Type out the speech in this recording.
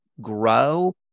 grow